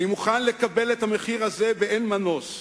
אני מוכן לקבל את המחיר הזה באין מנוס.